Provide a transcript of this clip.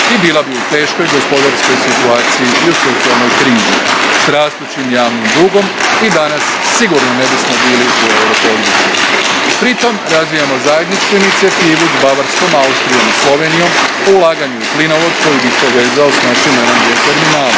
i bila bi u teškoj gospodarskoj situaciji i socijalnoj krizi, s rastućim javnim dugom, i danas sigurno ne bismo bili u eurozoni. Pritom razvijamo zajedničku inicijativu s Bavarskom, Austrijom i Slovenijom o ulaganju u plinovod koji bi ih povezao s našim LNG terminalom.